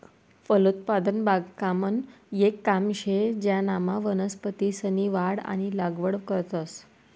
फलोत्पादन बागकामनं येक काम शे ज्यानामा वनस्पतीसनी वाढ आणि लागवड करतंस